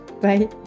Bye